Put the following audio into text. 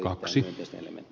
arvoisa puhemies